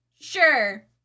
Sure